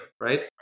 right